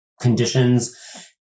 conditions